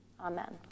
Amen